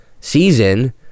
season